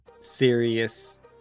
serious